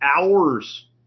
hours